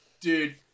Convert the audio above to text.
Dude